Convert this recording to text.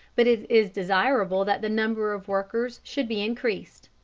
but it is desirable that the number of workers should be increased.